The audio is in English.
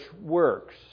works